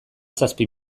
zazpi